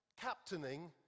captaining